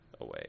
away